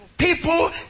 People